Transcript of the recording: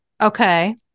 Okay